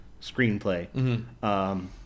screenplay